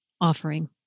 offering